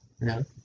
No